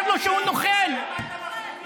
אבל מי זה?